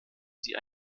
sie